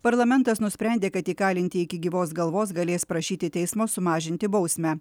parlamentas nusprendė kad įkalintieji iki gyvos galvos galės prašyti teismo sumažinti bausmę